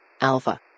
Alpha